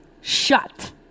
shut